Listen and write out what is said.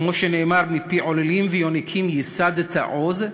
כמו שנאמר: "מפי עוללים וינקים יסדת עז".